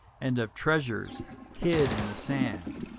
and of treasures hid in the sand.